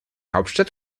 hauptstadt